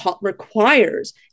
requires